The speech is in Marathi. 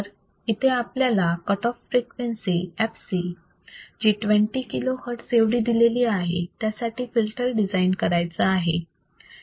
तर इथे आपल्याला कट ऑफ फ्रिक्वेन्सी fc जी 2 kilohertz एवढी दिलेली आहे त्यासाठी फिल्टर डिझाईन करायचा आहे